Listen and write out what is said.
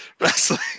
wrestling